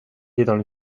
était